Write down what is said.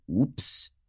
oops